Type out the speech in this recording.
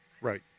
Right